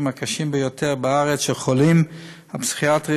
הקשים ביותר בארץ של חולים פסיכיאטריים,